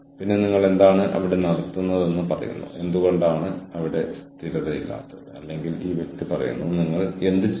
അതിനാൽ നിങ്ങൾ പരസ്പരം പ്രത്യേക നൈപുണ്യ സെറ്റുകളെ ബഹുമാനിക്കുകയും നിങ്ങളുടെ സ്വന്തം അടിത്തറ വികസിപ്പിക്കുകയും ചെയ്യുന്നു